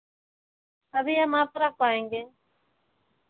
तभी हम आपको रख पाएँगे